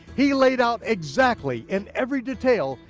he laid out exactly, in every detail,